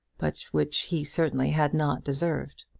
but which he certainly had not deserved.